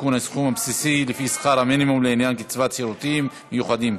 עדכון הסכום הבסיסי לפי שכר המינימום לעניין קצבת שירותים מיוחדים),